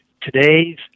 Today's